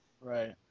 right